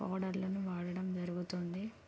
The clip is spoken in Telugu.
పౌడర్లను వాడటం జరుగుతుంది